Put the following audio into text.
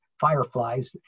fireflies